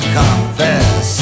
confess